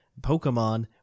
Pokemon